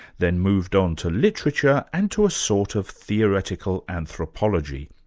then moved on to literature and to a sort of theoretical anthropology.